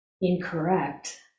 incorrect